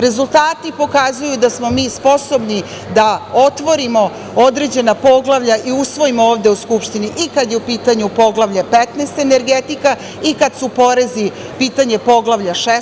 Rezultati pokazuju da smo mi sposobni da otvorimo određena poglavlja i usvojimo ovde u Skupštini i kada je u pitanju Poglavlje 15. – energetika, i kada su u pitanju porezi, pitanje Poglavlja 16.